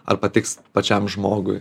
ar patiks pačiam žmogui